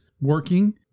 working